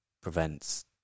prevents